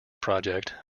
project